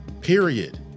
period